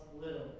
little